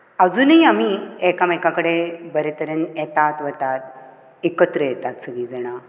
आजुनूय आमी एकामेकां कडेन बरे तरेन येतात वतात एकत्र येतात सगळीं जाणां